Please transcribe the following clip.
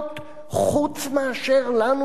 חוץ מאשר לנו עצמנו.